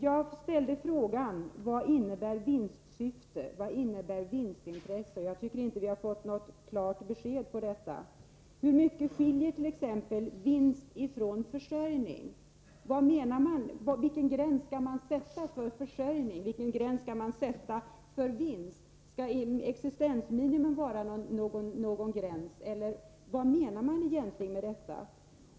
Jag ställde frågan: Vad innebär vinstsyfte och vinstintresse? Jag tycker inte att vi har fått något klart besked på den punkten. Var går t.ex. gränsen mellan vinst och försörjning, och vilken gräns skall man sätta för försörjning och vilken för vinst? Skall existensminimum vara en gräns, eller vad menar man egentligen?